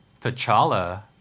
T'Challa